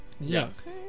Yes